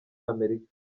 amerika